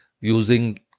using